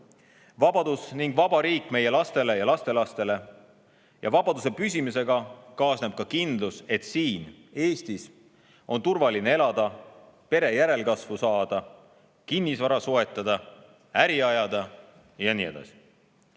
vabadus ning vaba riik meie lastele ja lastelastele. Ja vabaduse püsimisega kaasneb ka kindlus, et siin, Eestis, on turvaline elada, pere järelkasvu saada, kinnisvara soetada, äri ajada ja nii edasi.